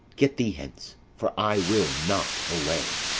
get thee hence, for i will not away.